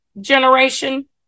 generation